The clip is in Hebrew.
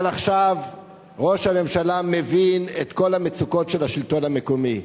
אבל עכשיו ראש הממשלה מבין את כל המצוקות של השלטון המקומי.